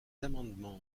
amendements